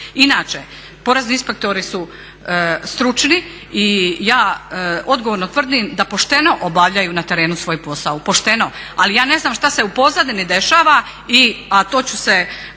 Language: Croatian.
Inače, porezni inspektori su stručni i ja odgovorno tvrdim da pošteno obavljaju na terenu svoj posao, pošteno. Ali ja ne znam šta se u pozadini dešava, a to ću se